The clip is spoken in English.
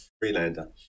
Freelander